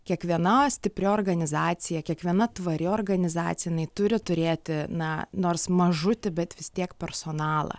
kiekviena stipri organizacija kiekviena tvari organizacija jinai turi turėti na nors mažutį bet vis tiek personalą